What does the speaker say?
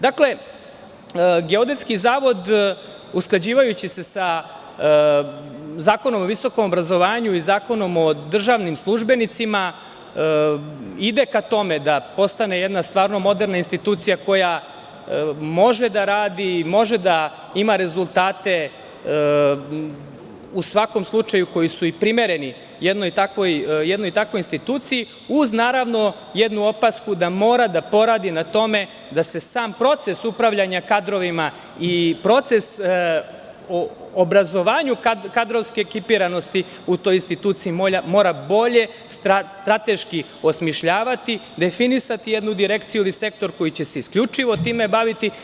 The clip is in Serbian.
Dakle, Geodetski zavod, usklađivajući se sa Zakonom o visokom obrazovanju i Zakonom o državnim službenicima, ide ka tome da postane jedna stvarno moderna institucija, koja može da radi i da ima rezultate, u svakom slučaju koji su primereni jednoj takvoj instituciji, uz jednu opasku da mora da poradi na tome da se sam proces upravljanja kadrovima i proces obrazovanja kadrovske ekipiranosti, u toj instituciji mora bolje osmišljavati, definisati jednu direkciju ili sektor koji će se isključivo time baviti.